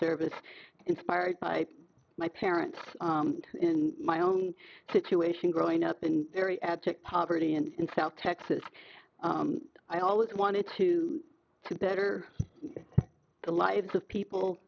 service inspired by my parents and in my own situation growing up in very abject poverty and in south texas i always wanted to to better the lives of people